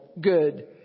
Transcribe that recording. good